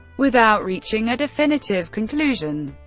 without reaching a definitive conclusion.